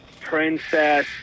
Princess